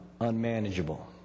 unmanageable